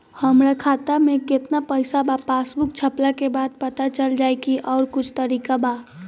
हमरा खाता में केतना पइसा बा पासबुक छपला के बाद पता चल जाई कि आउर कुछ तरिका बा?